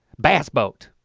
bass boat.